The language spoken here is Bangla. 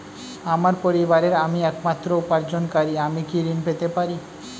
আমার পরিবারের আমি একমাত্র উপার্জনকারী আমি কি ঋণ পেতে পারি?